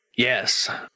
Yes